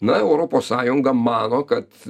na europos sąjunga mano kad